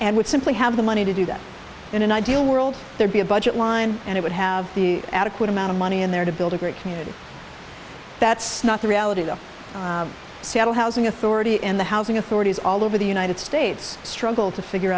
and would simply have the money to do that in an ideal world there be a budget line and it would have the adequate amount of money in there to build a great community that's not the reality the seattle housing authority and the housing authorities all over the united states struggle to figure